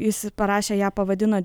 jis parašė ją pavadino